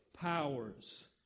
powers